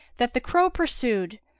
that the crow pursued,